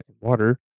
water